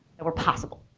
that were possible.